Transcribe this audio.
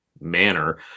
manner